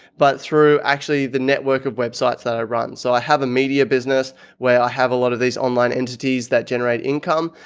but through actually the network of websites that i run. so i have a media business where i have a lot of these online entities that generate income.